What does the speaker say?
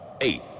eight